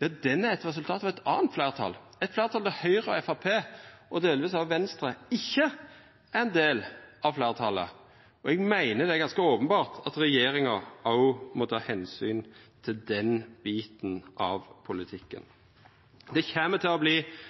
er eit resultat av eit anna fleirtal, eit fleirtal som Høgre, Framstegspartiet og delvis òg Venstre ikkje er ein del av. Eg meiner det er ganske openbert at regjeringa òg må ta omsyn til den biten av politikken. Det kjem til å